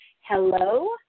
hello